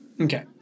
Okay